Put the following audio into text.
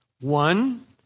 One